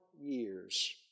years